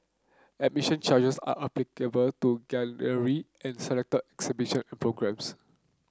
admission charges are applicable to gallery and selected exhibition and programmes